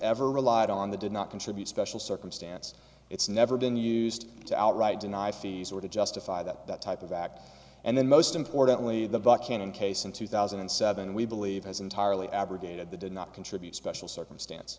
ever relied on the did not contribute special circumstance it's never been used to outright deny fees or to justify that that type of act and then most importantly the buckhannon case in two thousand and seven we believe has entirely abrogated the did not contribute special circumstance